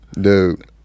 dude